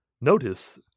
Notice